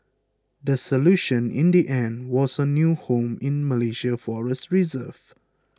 the solution in the end was a new home in a Malaysian forest reserve